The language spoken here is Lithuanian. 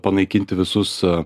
panaikinti visus